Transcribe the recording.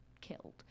killed